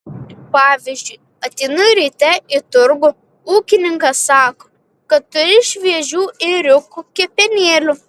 pavyzdžiui ateinu ryte į turgų ūkininkas sako kad turi šviežių ėriukų kepenėlių